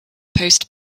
post